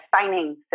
signing